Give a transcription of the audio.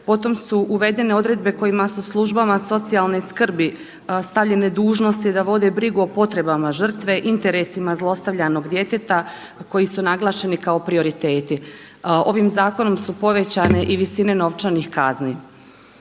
Potom su uvedene odredbe kojima su službama socijalne skrbi stavljene dužnosti da vode brigu o potrebama žrtve, interesima zlostavljanog djeteta koji su naglašeni kao prioriteti. Ovim zakonom su povećane i visine novčanih kazni.